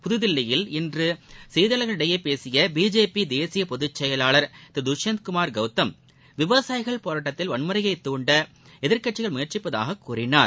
புதுதில்லியில் இன்று செய்தியாளர்களிடம் பேசிய பிஜேபி தேசிய பொதுச் செயலாளர் திரு துஷ்யந்த்குமார் கௌதம் விவசாயிகள் போராட்டத்தில் வன்முறையைத் தூண்ட எதிர்க்கட்சிகள் முயற்சிப்பதாக கூறினார்